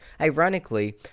Ironically